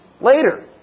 later